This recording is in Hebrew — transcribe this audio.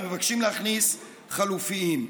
ומבקשים להכניס חלופיים.